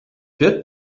führt